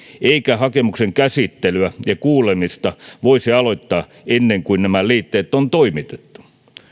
eikä hakemuksen käsittelyä ja kuulemista voisi aloittaa ennen kuin nämä liitteet on toimitettu